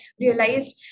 realized